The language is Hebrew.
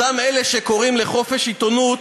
אותם אלה שקוראים לחופש עיתונות,